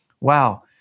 Wow